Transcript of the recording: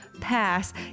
Pass